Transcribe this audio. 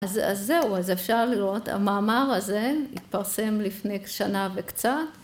‫אז זהו, אז אפשר לראות, ‫המאמר הזה התפרסם לפני שנה וקצת.